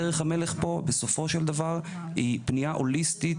דרך המלך פה בסופו של דבר היא פנייה הוליסטית